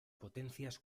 potencias